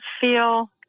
feel